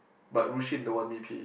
but Ru-xin don't want me P